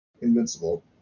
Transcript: Invincible